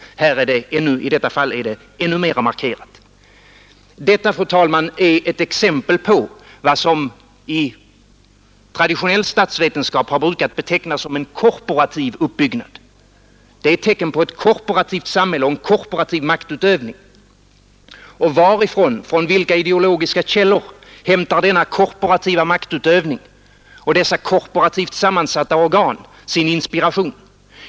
I detta fall är det ännu mera markerat. Detta, fru talman, är ett exempel på vad som i traditionell statsvetenskap har brukat betecknas som en korporativ uppbyggnad — det är tecken på ett korporativt samhälle och en korporativ maktutövning. Och varifrån, från vilka ideologiska källor, hämtar denna korporativa maktutövning och dessa korporativt sammansatta organ sin inspiration?